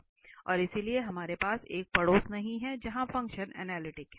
और इसलिए हमारे पास एक पड़ोस नहीं है जहां फंक्शन अनलिटिक है